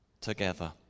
together